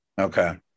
Okay